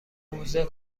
موزه